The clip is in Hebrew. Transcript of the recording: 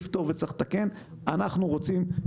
אני רוצה לפרט את התקציבים שאנחנו מחויבים אליהם.